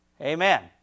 Amen